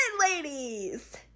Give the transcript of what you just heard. ladies